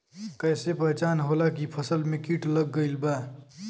कैसे पहचान होला की फसल में कीट लग गईल बा?